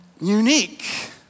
unique